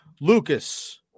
Lucas